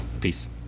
Peace